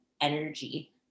energy